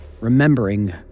remembering